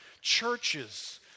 churches